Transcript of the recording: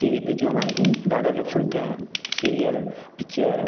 T V पर जो हमारे दादा लोग सुनते हैं सीरियल पिच्चर